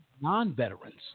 non-veterans